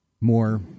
more